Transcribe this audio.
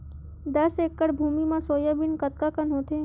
दस एकड़ भुमि म सोयाबीन कतका कन होथे?